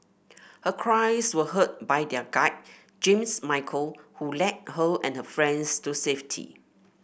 her cries were heard by their guide James Michael who led her and her friends to safety